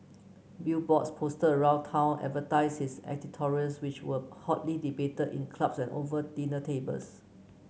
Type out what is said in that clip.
billboards posted around town advertised his editorials which were hotly debated in clubs and over dinner tables